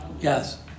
Yes